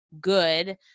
good